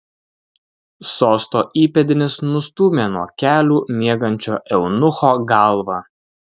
sosto įpėdinis nustūmė nuo kelių miegančio eunucho galvą